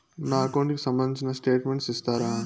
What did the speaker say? నా అకౌంట్ కు సంబంధించిన స్టేట్మెంట్స్ ఇస్తారా